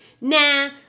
Nah